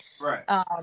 Right